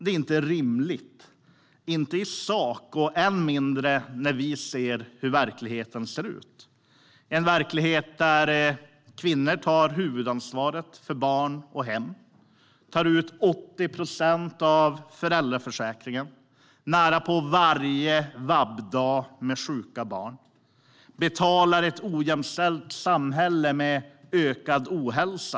Det är inte rimligt, inte i sak och än mindre när man ser hur verkligheten ser ut, en verklighet där kvinnor tar huvudansvaret för barn och hem, tar ut 80 procent av föräldraförsäkringen, tar ut nästan varje VAB-dag med sjuka barn. Kvinnor betalar ett ojämställt samhälle med ökad ohälsa.